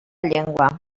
llengua